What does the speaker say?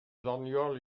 ddoniol